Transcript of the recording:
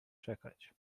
czekać